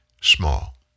small